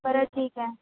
बरं ठीक आहे